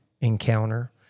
encounter